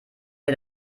wir